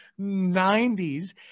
90s